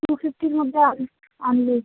two ফিফটির মধ্যে আন আনলে